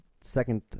second